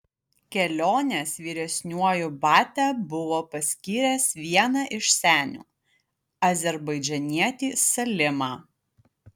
kelionės vyresniuoju batia buvo paskyręs vieną iš senių azerbaidžanietį salimą